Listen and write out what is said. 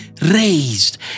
raised